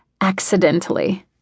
accidentally